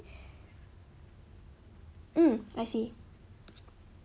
mm I see